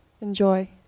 Enjoy